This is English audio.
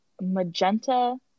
magenta